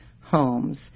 homes